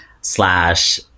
slash